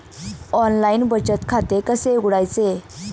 Online बचत खाते कसे उघडायचे?